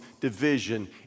division